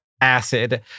acid